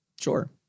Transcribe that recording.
Sure